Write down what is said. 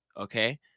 okay